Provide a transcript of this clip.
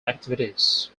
activities